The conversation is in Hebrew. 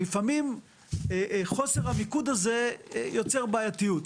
לפעמים חוסר המיקוד הזה יוצר בעייתיות.